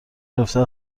گرفتن